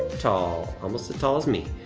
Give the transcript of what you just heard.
tall almost, as tall as me,